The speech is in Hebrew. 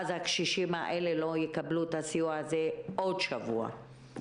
והקשישים האלה לא יקבלו את הסיוע הזה עוד שבוע.